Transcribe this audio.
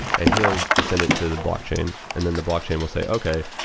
and he'll send it to the blockchain. and then the blockchain will say, okay,